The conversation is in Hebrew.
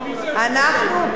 לא, אני מבקש שתמשוך.